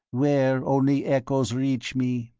where only echoes reach me.